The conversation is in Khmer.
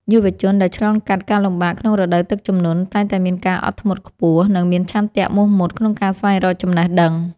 យុវជនដែលឆ្លងកាត់ការលំបាកក្នុងរដូវទឹកជំនន់ តែងតែមានការអត់ធ្មត់ខ្ពស់ និង មានឆន្ទៈមោះមុតក្នុងការស្វែងរកចំណេះដឹង។